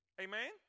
Amen